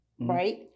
right